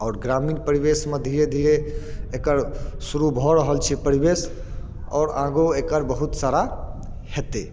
आओर ग्रामीण परिवेशमे धीरे धीरे एकर शुरू भऽ रहल छै परिवेश आओर आगो एकर बहुत सारा हेतै